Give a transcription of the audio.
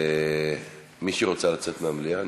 מישהי רוצה לצאת מהמליאה?